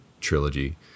trilogy